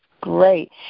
great